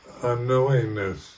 unknowingness